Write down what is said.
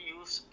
use